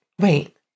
Wait